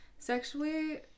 Sexually